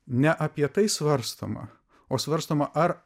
ne apie tai svarstoma o svarstoma ar